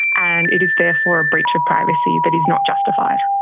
and it is therefore a breach of privacy that is not justified.